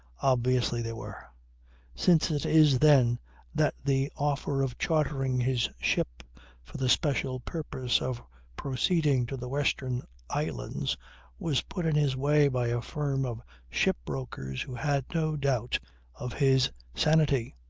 obviously they were since it is then that the offer of chartering his ship for the special purpose of proceeding to the western islands was put in his way by a firm of shipbrokers who had no doubt of his sanity.